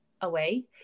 away